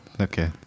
Okay